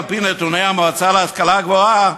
על-פי נתוני המועצה להשכלה גבוהה,